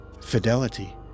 Fidelity